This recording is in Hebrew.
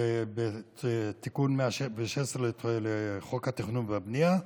תיקון 116 לחוק התכנון והבנייה.